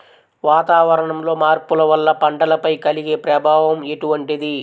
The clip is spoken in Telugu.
వాతావరణంలో మార్పుల వల్ల పంటలపై కలిగే ప్రభావం ఎటువంటిది?